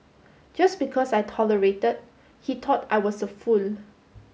just because I tolerated he thought I was a fool